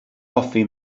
hoffi